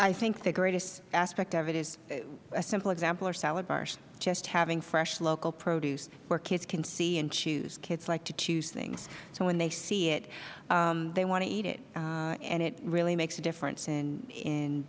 i think the greatest aspect of it is a simple example is a salad bar just having fresh local produce where kids can see and choose kids like to choose things so when they see it they want to eat it and it really makes a difference in